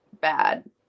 bad